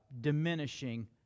diminishing